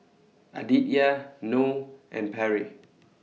Aditya Noe and Perry